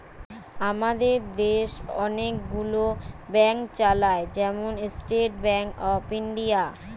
আমাদের দেশ অনেক গুলো ব্যাংক চালায়, যেমন স্টেট ব্যাংক অফ ইন্ডিয়া